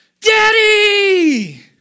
Daddy